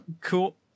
cool